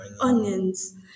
onions